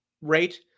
rate